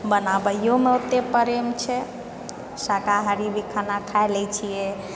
बनाबैयोमे ओते प्रेम छै शाकाहारी जे खाना खा लै छियै